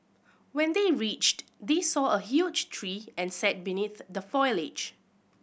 when they reached they saw a huge tree and sat beneath the foliage